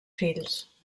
fills